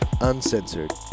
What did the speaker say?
uncensored